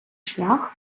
шлях